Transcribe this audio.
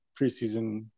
preseason